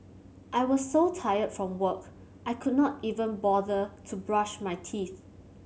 I was so tired from work I could not even bother to brush my teeth